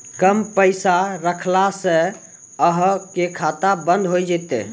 कम पैसा रखला से अहाँ के खाता बंद हो जैतै?